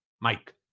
Mike